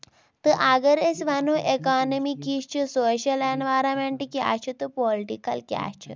تہٕ اَگر أسۍ وۄنو اِکانمی کِژھ چھِ سوشل ایٚنورنمینٹ کہِ اسہِ چھِ تہٕ پولٹِکل کیاہ چھُ